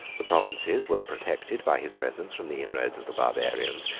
the provinces were protected by his presence from the inroads of the barbarians,